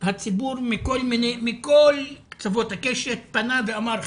הציבור מכל קצוות הקשת פנה ואמר,